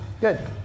Good